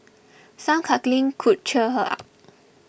some cuddling could cheer her up